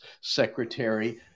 secretary